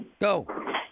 Go